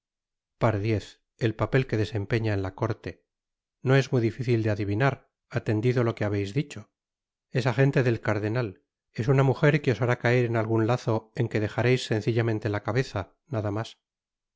pardiez el papel que desempeña en la corte no es muy dificil de adivinar atendido lo que habeis dicho es agente del cardenal es una muger que os hará caer en algun lazo en que dejareis sencillamente la cabeza nada mas